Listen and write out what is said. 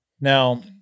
Now